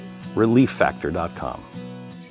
ReliefFactor.com